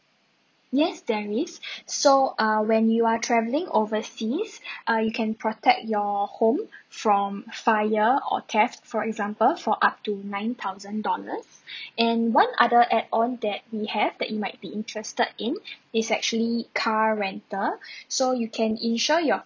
yes there is so uh when you are travelling overseas uh you can protect your home from fire or theft for example for up to nine thousand dollars and one other add-on that we have that you might be interested in is actually car rental so you can insure your